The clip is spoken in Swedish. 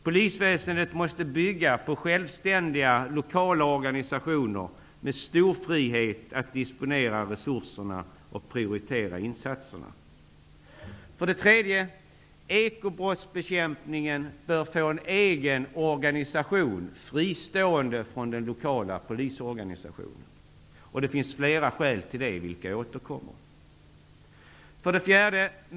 Polisväsendet måste bygga på självständiga lokala organisationer med stor frihet att disponera resurserna och prioritera insatserna. Ekobrottsbekämpningen bör få en egen organisation fristående från den lokala polisorganisationen. Det finns flera skäl till det. Jag återkommer till dem.